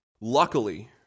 Luckily